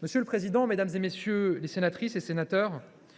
Monsieur le président, mesdames, messieurs les sénatrices et les sénateurs,